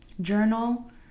journal